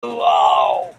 all